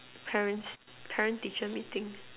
parents parent teacher meeting